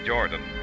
Jordan